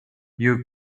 your